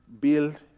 build